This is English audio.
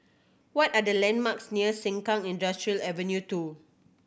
what are the landmarks near Sengkang Industrial Ave Two